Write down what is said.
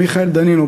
ומיכאל דנינו,